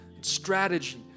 strategy